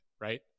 right